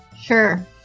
Sure